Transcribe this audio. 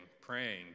praying